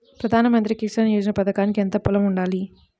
ప్రధాన మంత్రి కిసాన్ యోజన పథకానికి ఎంత పొలం ఉండాలి?